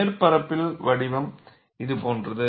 மேற்பரப்பில் வடிவம் இது போன்றது